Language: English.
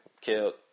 killed